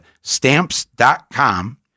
stamps.com